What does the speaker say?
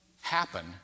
happen